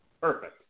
Perfect